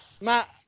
Matt